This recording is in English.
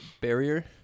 Barrier